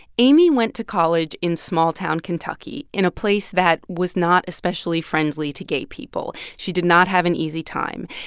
amy went to college in small-town kentucky in a place that was not especially friendly to gay people. she did not have an easy time.